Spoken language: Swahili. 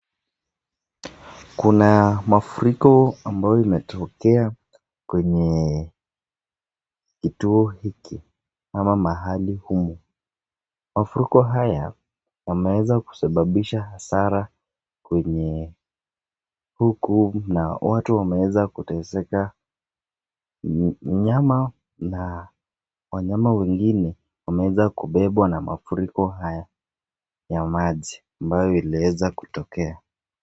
Kuna mafuriko ambayo imetokea kwenye kituo hiki ama mahali humu. Mafuriko haya yameweza kusababisha hasara kwenye huku na watu wameweza kuteseka. Mnyama na wanyama wengine wameweza kubebwa na mafuriko haya ya maji ambayo imeweza kutokea.